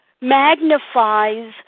magnifies